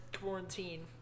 quarantine